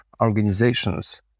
organizations